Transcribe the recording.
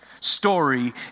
story